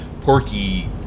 porky